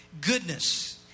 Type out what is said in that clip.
goodness